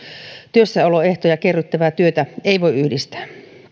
työssäoloehtoja kerryttävää työtä ei voi yhdistää